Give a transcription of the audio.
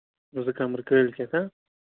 زٕ کَمرٕ کٲلۍ کیٚتھ ہا